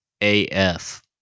AF